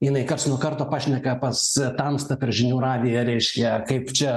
jinai karts nuo karto pašneka pas tamstą per žinių radiją reiškia kaip čia